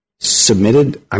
submitted